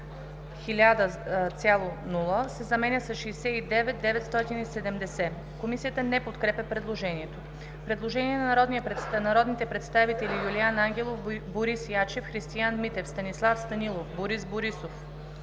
1000,0“ се заменя с „69 970“.“ Комисията не подкрепя предложението. Предложение от народните представители Юлиан Ангелов, Борис Ячев, Христиан Митев, Станислав Станилов, Борис Борисов,